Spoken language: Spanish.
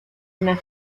una